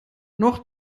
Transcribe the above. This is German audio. noch